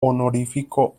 honorífico